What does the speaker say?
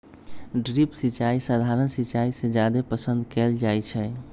drip सिंचाई सधारण सिंचाई से जादे पसंद कएल जाई छई